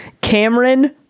Cameron